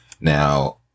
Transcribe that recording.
Now